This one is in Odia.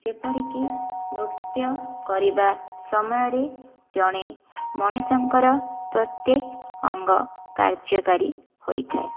ଯେପରିକି ନୃତ୍ୟ କରିବା ସମୟରେ ଜଣେ ମଣିଷଙ୍କର ପ୍ରତ୍ୟକ ଅଙ୍ଗ କାର୍ଯ୍ୟକାରୀ ହୋଇଥାଏ